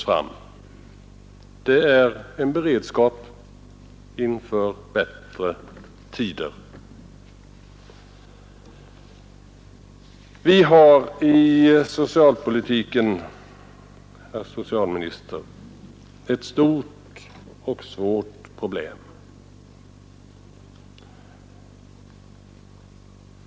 En sådan översyn skulle ge beredskap för bättre tider. Vi har i socialpolitiken, herr socialminister, ett stort och svårt problem.